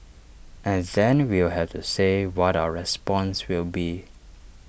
and then we'll have to say what our response will be